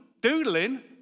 doodling